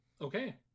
Okay